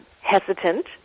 hesitant